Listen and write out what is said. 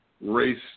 race